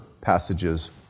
passages